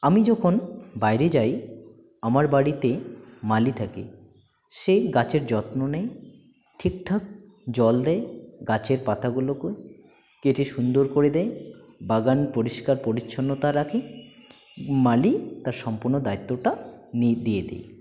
আমি যখন বাইরে যাই আমার বাড়িতে মালি থাকে সেই গাছের যত্ন নেয় ঠিকঠাক জল দেয় গাছের পাতাগুলোকে কেটে সুন্দর করে দেয় বাগান পরিষ্কার পরিচ্ছন্নতা রাখে মালি তার সম্পূর্ণ দায়িত্বটা নিই দিয়ে দিই